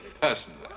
personally